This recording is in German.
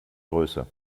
größe